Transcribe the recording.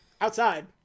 outside